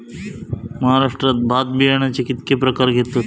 महाराष्ट्रात भात बियाण्याचे कीतके प्रकार घेतत?